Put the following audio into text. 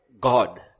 God